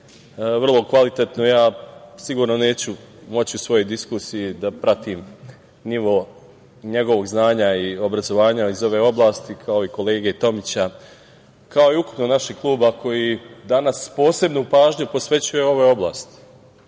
vrlo kvalitetno. Ja sigurno neću moći u svojoj diskusiji da pratim nivo njegovog znanja i obrazovanja i ove oblasti, kao i kolege Tomića, kao i ukupno našeg kluba koji danas posebnu pažnju posvećuje ovoj oblasti. Ovo